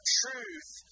truth